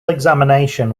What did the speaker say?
examination